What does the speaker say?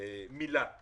מיל"ת